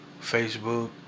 Facebook